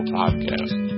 podcast